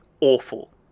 awful